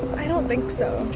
i don't think so yeah,